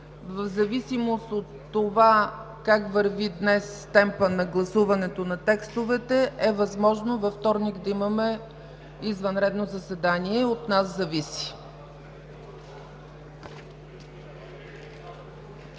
В зависимост от това как върви днес темпа на гласуване на текстовете, е възможно във вторник да имаме извънредно заседание – от нас зависи.